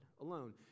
alone